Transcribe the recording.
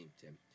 Tim